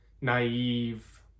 naive